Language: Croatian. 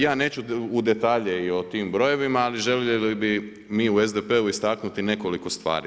Ja neću u detalje i o tim brojevima ali željeli bi mi u SDP-u istaknuti nekoliko stvari.